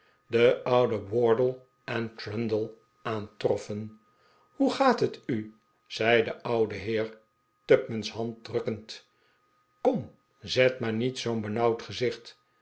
den ouden wardle en trundle aantroffen hoe gaat het u zei de oude heer tupman's hand drukkend kom zet maar niet zoo'n benauwd gezicht